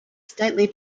stately